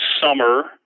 summer